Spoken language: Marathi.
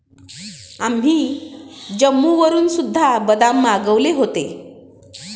आम्ही जम्मूवरून सुद्धा बदाम मागवले होते